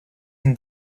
and